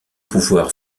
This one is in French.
pouvoir